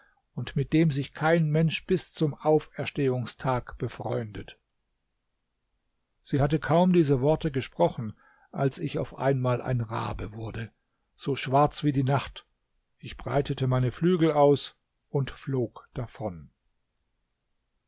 und mit dem sich kein mensch bis zum auferstehungstag befreundet sie hatte kaum diese worte gesprochen als ich auf einmal ein rabe wurde so schwarz wie die nacht ich breitete meine flügel aus und flog davon